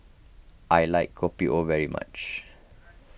I like Kopi O very much